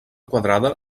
quadrada